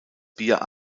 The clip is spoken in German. bier